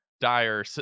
dire